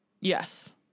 Yes